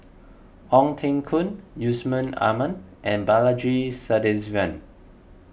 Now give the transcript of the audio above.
Ong Teng Koon Yusman Aman and Balaji Sadasivan